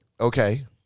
Okay